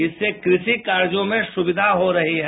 इससे कृषि कार्यों में सुविधा हो रही है